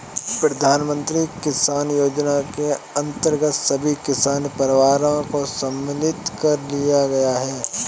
प्रधानमंत्री किसान योजना के अंतर्गत सभी किसान परिवारों को सम्मिलित कर लिया गया है